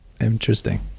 Interesting